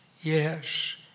yes